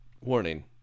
Warning